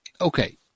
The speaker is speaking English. Okay